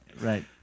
Right